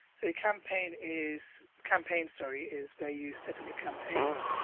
the campaign is, campaign sorry is where you setup you campaigns.